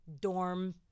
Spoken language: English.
dorm